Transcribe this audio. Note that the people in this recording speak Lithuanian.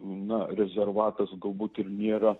na rezervatas galbūt ir nėra